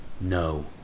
No